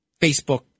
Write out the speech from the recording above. Facebook